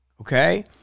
Okay